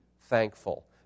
thankful